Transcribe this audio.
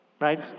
right